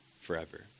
forever